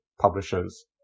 publishers